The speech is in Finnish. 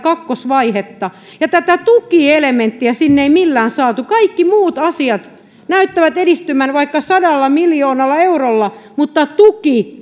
kakkosvaihetta ja tätä tukielementtiä sinne ei millään saatu kaikki muut asiat näyttävät edistyvän vaikka sadalla miljoonalla eurolla mutta tuki